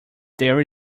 there